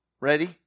Ready